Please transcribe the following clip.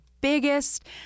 biggest